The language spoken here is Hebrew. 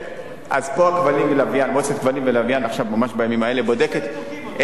מועצת הכבלים והלוויין בימים אלה בודקת,